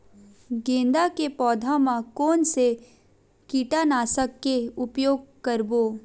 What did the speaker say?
गेंदा के पौधा म कोन से कीटनाशक के उपयोग करबो?